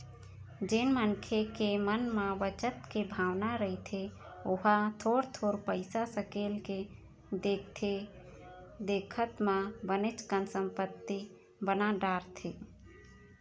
जेन मनखे के मन म बचत के भावना रहिथे ओहा थोर थोर पइसा सकेल के देखथे देखत म बनेच कन संपत्ति बना डारथे